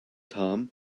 tom